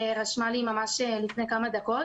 רשמה לי לפני כמה דקות